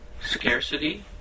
scarcity